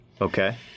Okay